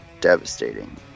devastating